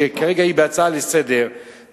שכרגע היא בהצעה לסדר-היום,